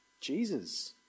Jesus